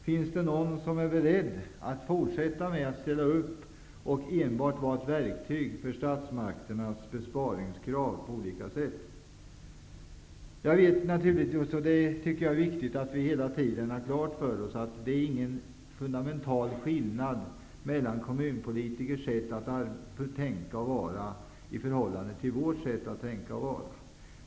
Finns det någon som är beredd att fortsätta med att städa upp och på olika sätt enbart vara ett verktyg för statsmakterna när det gäller besparingskrav? Jag tycker att det är viktigt att vi hela tiden har klart för oss att det inte är någon fundamental skillnad mellan kommunpolitikers sätt att tänka och vara och vårt sätt att tänka och vara.